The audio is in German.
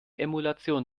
emulation